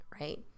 right